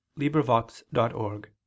librivox.org